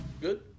Good